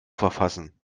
verfassen